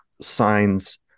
signs